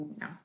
No